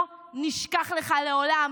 לא נשכח לך לעולם,